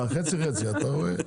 חצי-חצי אתה רואה?